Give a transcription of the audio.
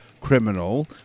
criminal